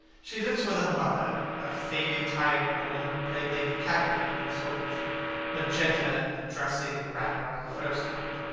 she lives with her mother, a faded tired woman who played lady capulet in a sort of magenta dressing-wrapper on the first night,